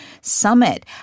Summit